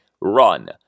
run